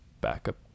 backup